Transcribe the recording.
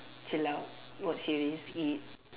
chill out watch series eat